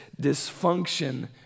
dysfunction